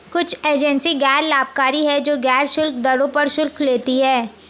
कुछ एजेंसियां गैर लाभकारी हैं, जो गैर शुल्क दरों पर शुल्क लेती हैं